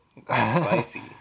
spicy